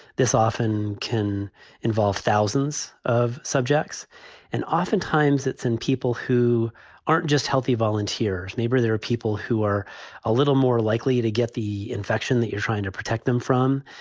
this often can involve thousands of subjects and oftentimes it's in people who aren't just healthy volunteers. maybe there are people who are a little more likely to get the infection that you're trying to protect them from.